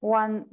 one